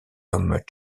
comme